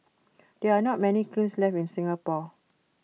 there are not many kilns left in Singapore